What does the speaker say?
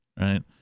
right